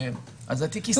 התיק ייסגר.